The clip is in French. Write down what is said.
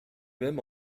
même